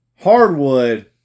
hardwood